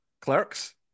Clerks